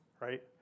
right